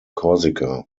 corsica